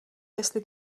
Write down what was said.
jestli